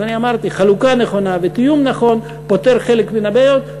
אז אני אמרתי: חלוקה נכונה ותיאום נכון פותרים חלק מן הבעיות,